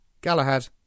Galahad